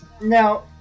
now